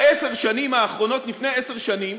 בעשר שנים האחרונות, לפני עשר שנים